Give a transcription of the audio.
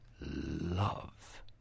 love